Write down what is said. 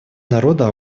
народа